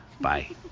Bye